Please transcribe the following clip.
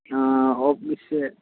हाँ ऑफिस से